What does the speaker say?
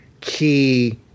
key